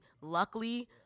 luckily